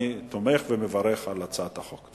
אני תומך בהצעת החוק ומברך עליה.